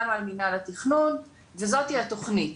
גם על מינהל התכנון וזאת התכנית.